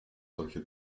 solche